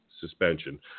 suspension